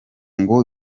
ngo